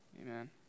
Amen